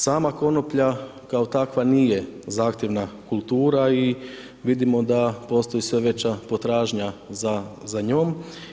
Sama konoplja kao takva nije zahtjevna kultura i vidimo da postoji sve veća potražnja za njom.